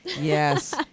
Yes